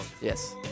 Yes